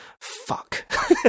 fuck